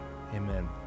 Amen